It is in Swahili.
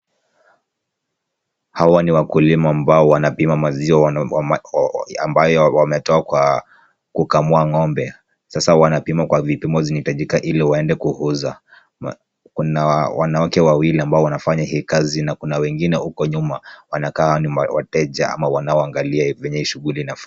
Hawa ni wakulima ambao wanapima maziwa ambayo wametoa kwa kukamua ng'ombe. Sasa wanapima kwa vipimo zinazohitajika ili waende kuuza. Kuna wanawake wawili ambao wanafanya hii kazi na kuna wengine huko nyuma wanakaa ni wateja ama wanaoangalia kwenye hii shughuli inafanyika.